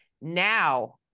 now